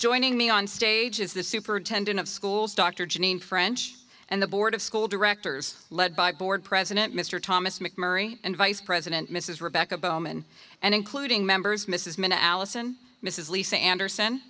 joining me on stage is the superintendent of schools dr janine french and the board of school directors led by board president mr thomas mcmurry and vice president mrs rebecca bowman and including members mrs mina allison mrs lisa anderson